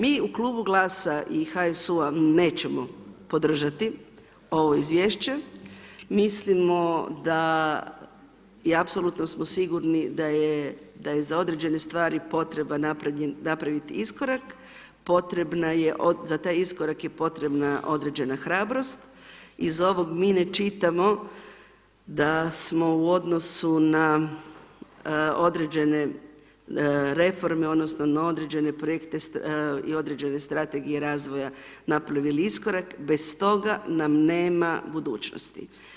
Mi u Klubu GLAS-a i HSU, nećemo podržati ovo Izvješće, mislimo da i apsolutno smo sigurni da je za određene stvari potreba napraviti iskorak, potrebna je, za taj iskorak je potrebna određena hrabrost, iz ovog mi ne čitamo da smo u odnosu na određene reforme, odnosno na određene projekte i određene strategije razvoja napravili iskorak, bez toga nam nema budućnosti.